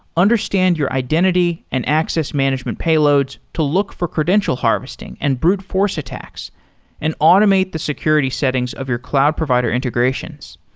understand your identity and access management payloads to look for credential harvesting and brute force attacks and automate the security settings of your cloud provider integrations.